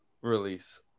release